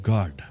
God